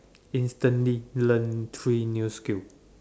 instantly learn three new skill